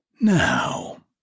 Now